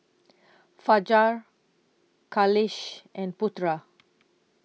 Fajar Khalish and Putra